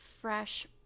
fresh